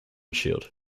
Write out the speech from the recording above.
shield